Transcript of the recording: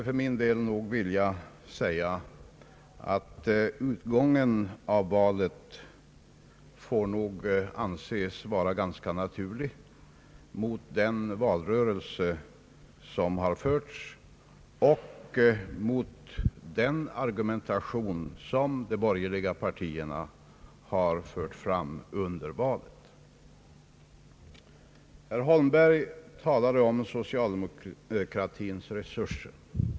För min del anser jag att utgången av valet är ganska naturlig mot bakgrund av valrörelsen och mot bakgrund av den argumentation som de borgerliga partierna har fört fram. Herr Holmberg talade om socialdemokratins resurser.